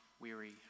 weary